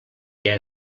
què